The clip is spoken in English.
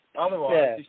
Otherwise